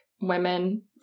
women